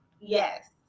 Yes